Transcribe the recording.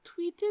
tweeted